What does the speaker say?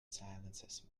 silences